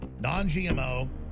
Non-GMO